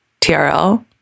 TRL